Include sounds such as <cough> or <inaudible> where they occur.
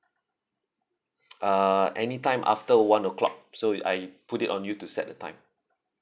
<noise> uh any time after one o'clock so you I put it on you to set the time